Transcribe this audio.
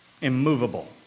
Immovable